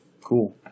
Cool